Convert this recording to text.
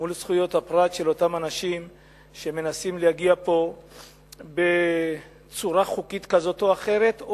מול זכויות הפרט של אותם אנשים שמנסים להגיע בצורה חוקית כזאת או אחרת,